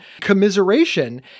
commiseration